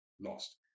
lost